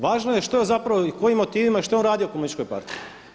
Važno je što je zapravo i kojim motivima, što je on radio u komunističkoj partiji.